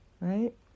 Right